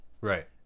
Right